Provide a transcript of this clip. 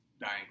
Dying